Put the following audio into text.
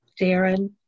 Darren